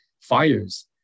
fires